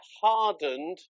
hardened